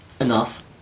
Enough